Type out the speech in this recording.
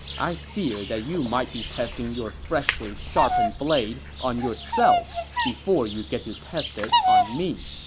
i fear that you might be testing your freshly sharpened blade on yourself before you get to test it on me.